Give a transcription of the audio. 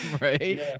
right